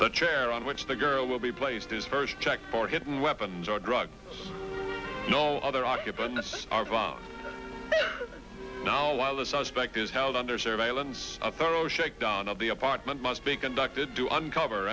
the chair on which the girl will be placed his first check for hidden weapons or drugs no other occupants are gone now while the suspect is held under surveillance a thorough shakedown of the apartment must be conducted do uncover